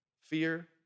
fear